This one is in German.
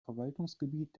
verwaltungsgebiet